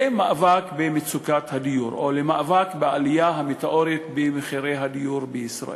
למאבק במצוקת הדיור או למאבק בעלייה המטאורית במחירי הדיור בישראל.